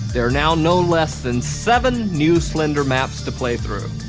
there are now no less than seven new slender maps to play through.